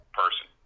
person